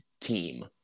team